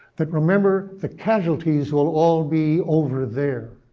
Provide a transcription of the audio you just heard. that, remember, the casualties will all be over there,